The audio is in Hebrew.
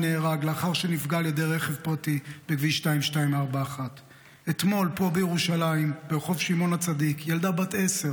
נהרג לאחר שנפגע על ידי רכב פרטי בכביש 2241. אתמול פה בירושלים ברחוב שמעון הצדיק ילדה בת עשר